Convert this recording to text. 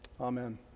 Amen